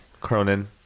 Cronin